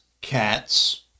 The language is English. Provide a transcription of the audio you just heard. cats